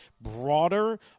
broader